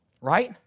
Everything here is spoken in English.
Right